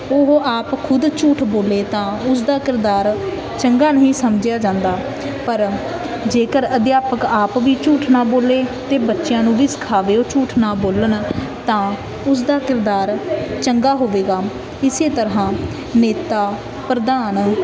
ਉਹ ਆਪ ਖੁਦ ਝੂਠ ਬੋਲੇ ਤਾਂ ਉਸਦਾ ਕਿਰਦਾਰ ਚੰਗਾ ਨਹੀਂ ਸਮਝਿਆ ਜਾਂਦਾ ਪਰ ਜੇਕਰ ਅਧਿਆਪਕ ਆਪ ਵੀ ਝੂਠ ਨਾ ਬੋਲੇ ਅਤੇ ਬੱਚਿਆਂ ਨੂੰ ਵੀ ਸਿਖਾਵੇ ਉਹ ਝੂਠ ਨਾ ਬੋਲਣ ਤਾਂ ਉਸਦਾ ਕਿਰਦਾਰ ਚੰਗਾ ਹੋਵੇਗਾ ਇਸੇ ਤਰ੍ਹਾਂ ਨੇਤਾ ਪ੍ਰਧਾਨ